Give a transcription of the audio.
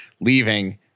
leaving